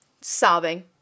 sobbing